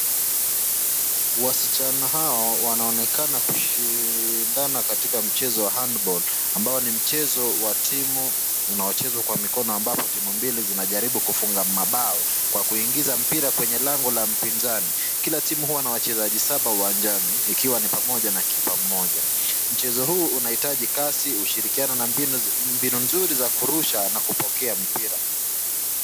Wasichana hao wanaonekana kushindana katika mchezo wa handball ambao ni mchezo wa timu unaochezwa kwa mikono ambapo timu mbili zinajaribu kufunga mabao kwa kuingiza mpira kwenye lango la mpizani. Kila tumu huwa na wachezaji saba uwanjani ikiwa ni pamoja na kipa mmoja. Mchezo huu unahitaji kasi, ushirikiano na mbinu mzuri za kurusha na kupokea mpira.